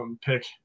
pick